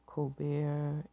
Colbert